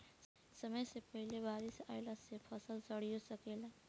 समय से पहिले बारिस अइला से फसल सडिओ सकेला